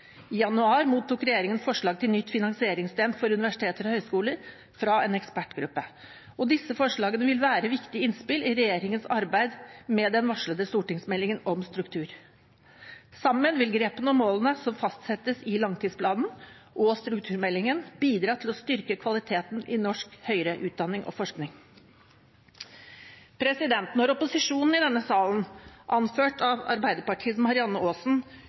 I januar mottok regjeringen forslag til nytt finansieringssystem for universiteter og høyskoler fra en ekspertgruppe. Disse forslagene vil være viktige innspill i regjeringens arbeid med den varslede stortingsmeldingen om struktur i universitets- og høyskolesektoren. Sammen vil grepene og målene som fastsettes i langtidsplanen og strukturmeldingen, bidra til å styrke kvaliteten i norsk høyere utdanning og forskning. Når opposisjonen i denne salen, anført av Arbeiderpartiets Marianne Aasen,